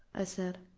i said.